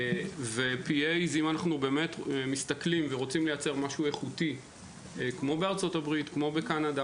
אם אנחנו מסתכלים ורוצים לייצר משהו איכותי כמו בארצות-הברית ובקנדה